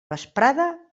vesprada